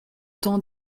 temps